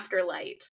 afterlight